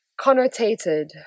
Connotated